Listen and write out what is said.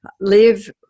live